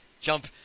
jump